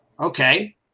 Okay